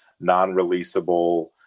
non-releasable